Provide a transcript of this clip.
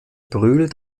brühl